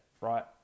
right